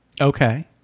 Okay